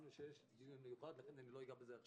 יש